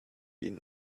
been